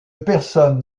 personne